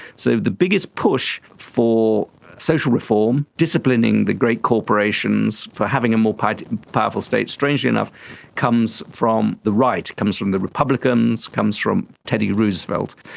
so the biggest push for social reform, disciplining the great corporations for having a more powerful state, strangely enough comes from the right, comes from the republicans, comes from teddy roosevelt.